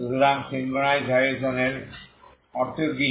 সুতরাং synchronised vibration এর অর্থ কী